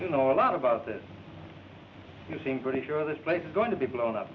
you know a lot about this you seem pretty sure this place is going to be blown